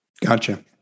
Gotcha